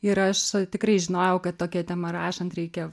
ir aš tikrai žinojau kad tokia tema rašant reikia